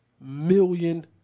million